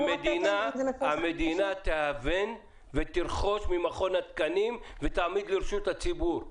שהמדינה תהוון ותרכוש ממכון התקנים ותעמיד לרשות הציבור.